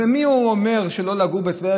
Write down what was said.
אז על מי הוא אומר שלא לגור בטבריה,